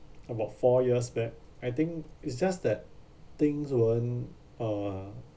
about four years back I think it's just that things weren't uh